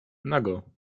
nago